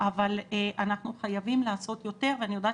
אבל אנחנו חייבים לעשות יותר ואני יודעת